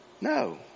No